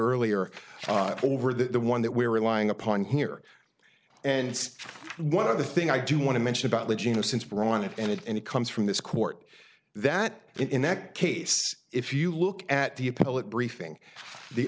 earlier over the one that we're relying upon here and one other thing i do want to mention about legion of since we're on it and it and it comes from this court that in that case if you look at the appellate briefing the